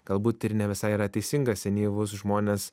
galbūt ir ne visai yra teisinga senyvus žmones